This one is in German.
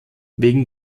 wegen